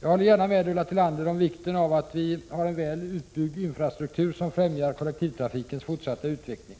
Jag håller gärna med Ulla Tillander om vikten av att vi har en väl utbyggd infrastruktur som främjar kollektivtrafikens fortsatta utveckling.